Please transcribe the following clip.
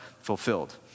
fulfilled